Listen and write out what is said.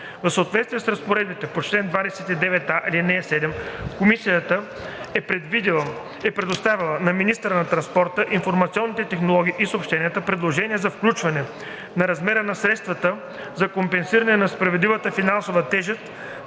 В съответствие с Разпоредбата на чл. 29а, ал. 7 Комисията е представила на министъра на транспорта, информационните технологии и съобщенията предложение за включване на размера на средствата за компенсиране на несправедливата финансова тежест